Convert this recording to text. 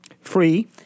Free